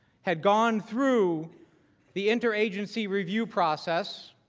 had gone through the interagency review process,